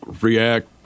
react